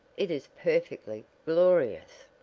it is perfectly glorious!